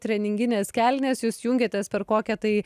treninginės kelnės jūs jungiatės per kokią tai